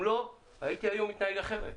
אם לא, הייתי היום מתנהג אחרת.